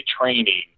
training